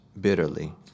bitterly